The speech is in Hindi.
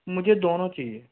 मुझे दोनों चाहिए